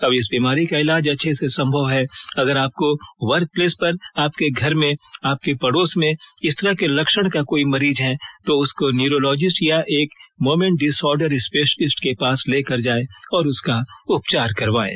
अब इस बीमारी का इलाज अच्छे से संभव है और अगर आपके वर्क प्लेस पर आपके घर में आपके पड़ोस में इस तरह के लक्षण का कोई मरीज है तो उसको न्यूरोलॉजिस्ट या एक मोमेंट डिसऑर्डर स्पेशलिस्ट के पास लेकर जायें और उसका उपचार करायें